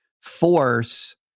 force